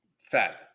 fat